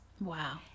Wow